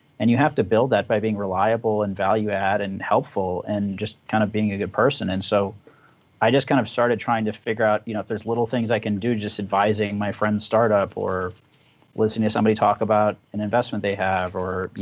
and you have to build that by being reliable and value add and helpful, and just kind of being a good person. and so i just kind of started trying to figure out, you know if there's little things i can do just advising my friend's startup or listen to somebody talk about an investment they have or